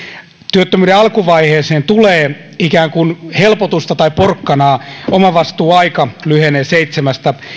työttömyyden alkuvaiheeseen tulee ikään kuin helpotusta tai porkkanaa omavastuuaika lyhenee seitsemästä